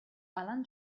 alan